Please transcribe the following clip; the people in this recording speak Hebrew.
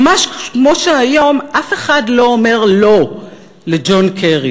ממש כמו שהיום אף אחד לא אומר לא לג'ון קרי.